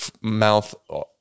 mouth